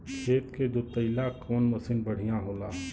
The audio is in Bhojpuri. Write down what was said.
खेत के जोतईला कवन मसीन बढ़ियां होला?